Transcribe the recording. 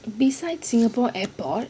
beside singapore airport